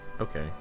Okay